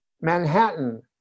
Manhattan